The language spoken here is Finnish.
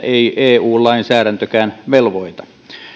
ei eu lainsäädäntökään velvoita